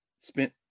spent